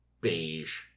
beige